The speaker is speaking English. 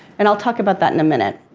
and i'll talk about that in a minute.